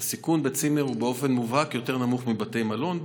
הסיכון בצימר הוא באופן מובהק יותר נמוך מבבתי מלון,